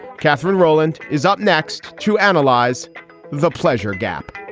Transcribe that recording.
katherine roland is up next to analyze the pleasure gap.